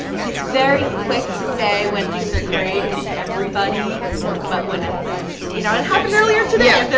he's very quick to say when things are great. it's everybody but when it's you know, i'm happened earlier today